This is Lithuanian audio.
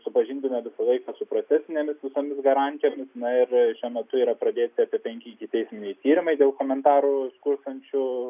supažindina visą laiką su procesinėmis visomis garantijomis na ir šiuo metu yra pradėti apie penki ikiteisminiai tyrimai komentarų kurstančių